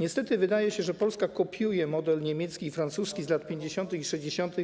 Niestety wydaje się, że Polska kopiuje model niemiecki, francuski z lat 50. i 60.,